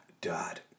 dot